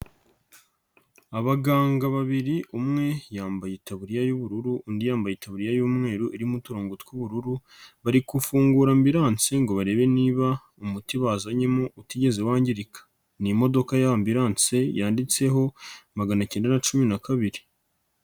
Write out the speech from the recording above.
Abaganga babiri umwe yambaye itaburiya y'ubururu undi yambaye itaburiya y'umweru irimo uturongo tw'ubururu, bari gufungura ambulance ngo barebe niba umuti wazanyemo utigeze wangirika, ni imodoka ya ambulance yanditseho magana cyenda na cumi na kabiri.